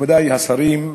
מכובדי השרים,